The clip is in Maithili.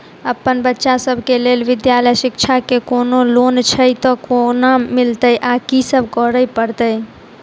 अप्पन बच्चा सब केँ लैल विधालय शिक्षा केँ कोनों लोन छैय तऽ कोना मिलतय आ की सब करै पड़तय